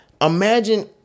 imagine